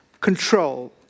control